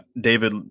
David